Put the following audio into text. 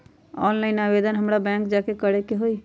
Online आवेदन हमरा bank जाके करे के होई?